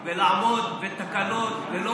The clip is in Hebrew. ולעמוד, ותקנות, ולא מובן.